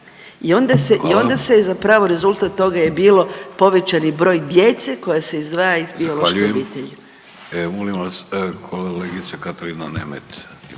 i onda se zapravo rezultat toga je bilo povećani broj djeca koja se izdvaja iz bioloških obitelji.